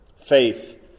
faith